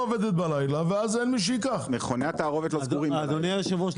אדוני היושב-ראש,